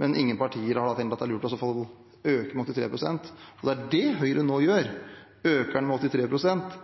Men ingen partier har tenkt at det er lurt å øke med 83 pst – og det er det Høyre nå gjør. De øker den med